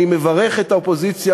אני מברך את האופוזיציה,